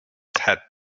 said